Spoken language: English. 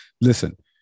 Listen